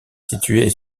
située